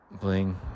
Bling